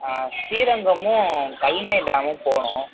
ஸ்ரீரங்கமும் கல்லணை டேமும் போகனும்